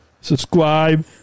subscribe